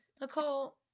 Nicole